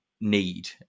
need